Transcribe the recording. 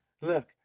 Look